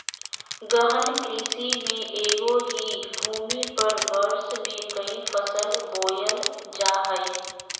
गहन कृषि में एगो ही भूमि पर वर्ष में क़ई फसल बोयल जा हइ